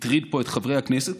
הטריד פה את חברי הכנסת,